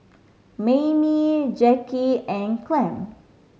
Maymie Jacki and Clem